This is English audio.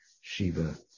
Shiva